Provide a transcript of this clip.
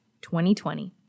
2020